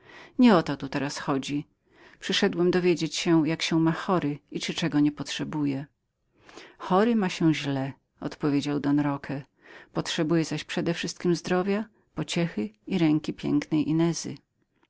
o to tu teraz chodzi przyszedłem dowiedzieć się jak się ma chory i czyli czego nie potrzebuje chory ma się źle odpowiedział don roque przedewszystkiem zaś potrzebuje zdrowia pociechy i ręki pięknej inezy